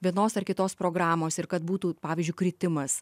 vienos ar kitos programos ir kad būtų pavyzdžiui kritimas